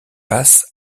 passe